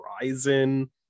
Horizon